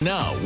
Now